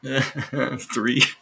Three